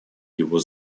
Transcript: его